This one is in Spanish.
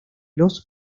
los